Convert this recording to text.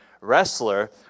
wrestler